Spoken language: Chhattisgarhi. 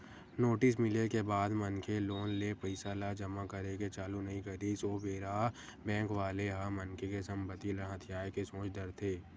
नोटिस मिले के बाद मनखे लोन ले पइसा ल जमा करे के चालू नइ करिस ओ बेरा बेंक वाले ह मनखे के संपत्ति ल हथियाये के सोच डरथे